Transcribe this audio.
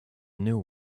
new